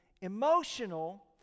emotional